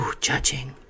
judging